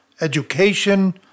education